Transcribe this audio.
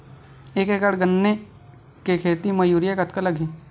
एक एकड़ गन्ने के खेती म यूरिया कतका लगही?